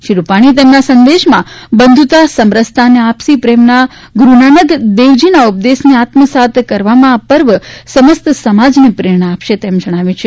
શ્રી રૂપાણીએ તેમના સંદેશમાં બંધુતા સમરસતા અને આપસી પ્રેમના ગુરૂ નાનક દેવજીના ઉપદેશને આત્મસાત કરવામાં આ પર્વ સમાજ સમસ્તને પ્રેરણા આપશે તેમ જણાવ્યું છે